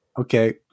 Okay